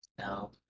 No